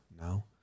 No